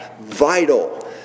vital